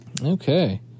Okay